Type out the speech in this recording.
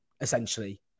essentially